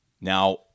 Now